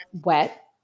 wet